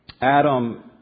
Adam